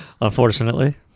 Unfortunately